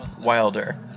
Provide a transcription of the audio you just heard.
Wilder